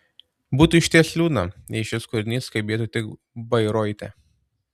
būtų išties liūdna jei šis kūrinys skambėtų tik bairoite